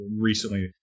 recently